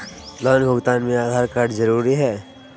Loan भुगतान में Aadhaar card जरूरी है?